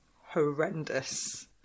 horrendous